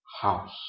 house